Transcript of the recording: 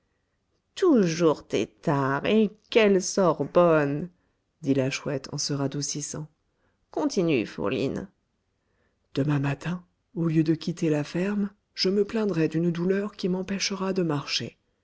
toujours têtard et quelle sorbonne dit la chouette en se radoucissant continue fourline demain matin au lieu de quitter la ferme je me plaindrai d'une douleur qui m'empêchera de marcher